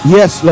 Yes